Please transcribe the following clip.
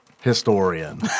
Historian